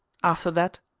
after that,